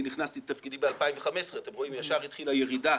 אני נכנסתי לתפקידי ב-2015 ואתם רואים שישר התחילה ירידה